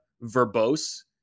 verbose